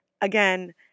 again